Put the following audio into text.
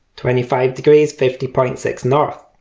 twenty five degrees fifty point six north,